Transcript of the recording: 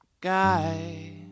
guy